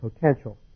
potential